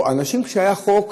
כשהיה חוק,